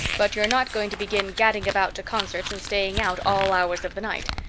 but you're not going to begin gadding about to concerts and staying out all hours of the night.